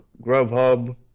Grubhub